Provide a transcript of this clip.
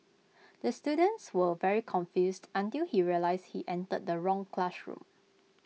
the students were very confused until he realised he entered the wrong classroom